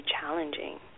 challenging